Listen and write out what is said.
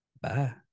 Bye